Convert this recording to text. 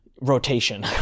rotation